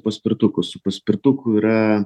paspirtuku su paspirtuku yra